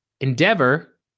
Endeavor